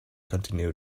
continue